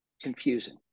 confusing